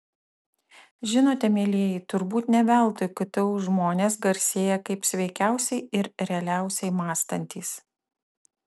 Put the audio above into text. žinote mielieji turbūt ne veltui ktu žmonės garsėja kaip sveikiausiai ir realiausiai mąstantys